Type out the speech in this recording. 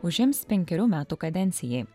užims penkerių metų kadencijai